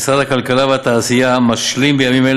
משרד הכלכלה והתעשייה משלים בימים אלה